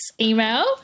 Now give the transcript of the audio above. email